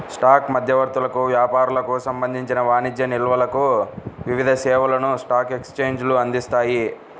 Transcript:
stock మధ్యవర్తులకు, వ్యాపారులకు సంబంధించిన వాణిజ్య నిల్వలకు వివిధ సేవలను స్టాక్ ఎక్స్చేంజ్లు అందిస్తాయి